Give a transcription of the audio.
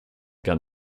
gun